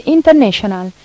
International